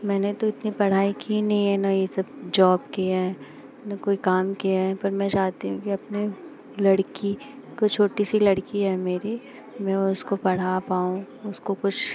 मैंने तो इतनी पढ़ाई की नहीं है ना यह सब जोप किया है ना कोई काम किया है पर मैं चाहती हूँ कि अपने लड़की को छोटी सी लड़की है मेरी मैं उसको पढ़ा पाऊँ उसको कुछ